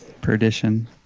Perdition